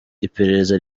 iperereza